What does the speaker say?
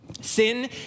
Sin